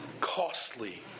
costly